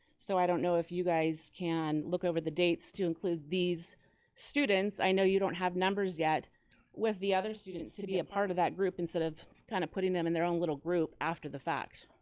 so i don't know if you guys can look over the dates to include these students. i know you don't have numbers yet with the other students to be a part of that group instead of kind of putting them in their own little group after the fact.